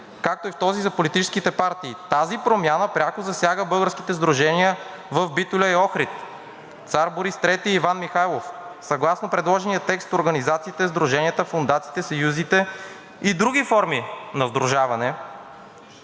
както и в този за политическите партии. Тази промяна пряко засяга българските сдружения в Битоля и Охрид „Цар Борис III“ и „Иван Михайлов“. Съгласно предложения текст организациите, сдруженията, фондациите, съюзите и други форми на сдружаване,